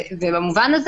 ובמקרים כאלה,